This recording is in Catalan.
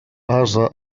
ase